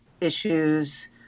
issues